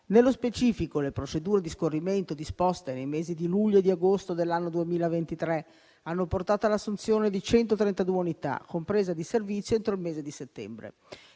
Nello specifico, le procedure di scorrimento disposte nei mesi di luglio e di agosto dell'anno 2023 hanno portato all'assunzione di 132 unità, con presa di servizio entro il mese di settembre.